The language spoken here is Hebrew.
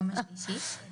היום יום שלישי,